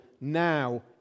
now